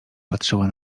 patrzyła